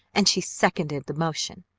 and she seconded the motion!